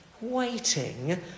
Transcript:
waiting